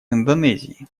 индонезии